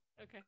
Okay